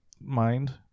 mind